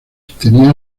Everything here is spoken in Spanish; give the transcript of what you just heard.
tenía